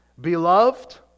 Beloved